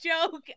joke